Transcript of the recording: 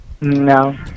No